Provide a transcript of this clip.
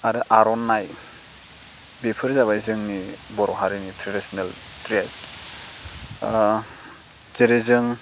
आरो आर'नाइ बेफोर जाबाय जोंनि बर' हारिनि ट्रेडिसिनेल ड्रेस जेरै जों